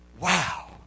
Wow